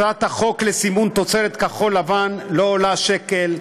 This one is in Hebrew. הצעת החוק לסימון תוצרת כחול-לבן לא עולה שקל,